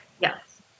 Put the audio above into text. yes